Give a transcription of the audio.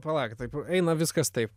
palaukit taip eina viskas taip